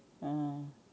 mm